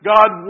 God